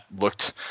looked